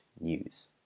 news